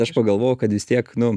aš pagalvojau kad vis tiek nu